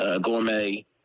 Gourmet